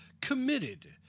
committed